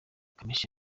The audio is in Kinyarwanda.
kamichi